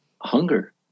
hunger